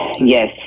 Yes